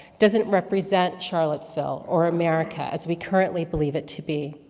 doesn't represent charolettesville, or america, as we currently believe it to be.